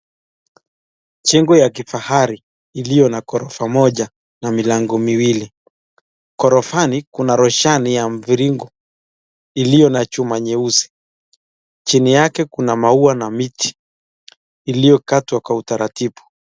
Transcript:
shingo ya kifahari, iliyo na ghorofa moja na milango miwili. Ghorofani kuna roshani ya mviringo iliyo na chuma nyeusi. Chini yake kuna maua na miti, iliyokatwa kwa utaratibu.